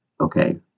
Okay